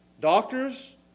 Doctors